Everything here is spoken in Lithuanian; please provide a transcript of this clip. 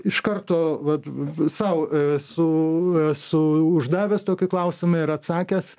iš karto vat sau esu esu uždavęs tokį klausimą ir atsakęs